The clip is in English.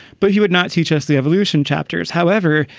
but he would not teach us the evolution chapters. however,